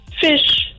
fish